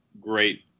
great